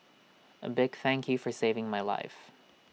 A big thank you for saving my life